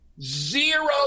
zero